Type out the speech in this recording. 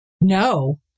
No